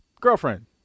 girlfriend